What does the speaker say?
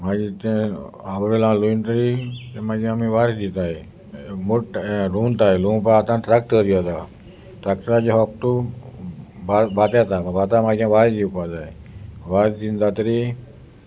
मागीर तें आवडला लोवन तरी मागीर आमी वारें दिताय मोट लुंवताय लुंवप आतां ट्राकटर जाता ट्राकटराचे फकत तूं भात येता भाता मागीप वारें दिवपा जाय वारें दिवन जाततरी